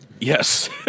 Yes